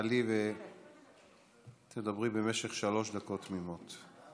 תעלי ותדברי במשך שלוש דקות תמימות.